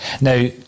now